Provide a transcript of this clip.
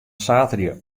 saterdei